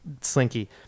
slinky